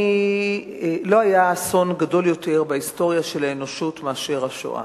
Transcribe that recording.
לא היה אסון גדול יותר בהיסטוריה של האנושות מהשואה.